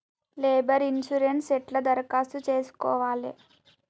Labour insurance ఎట్ల దరఖాస్తు చేసుకోవాలే?